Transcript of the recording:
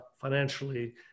financially